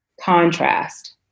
contrast